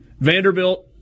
Vanderbilt